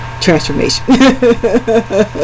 Transformation